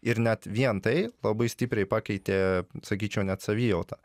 ir net vien tai labai stipriai pakeitė sakyčiau net savijautą